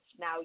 Now